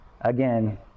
Again